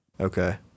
Okay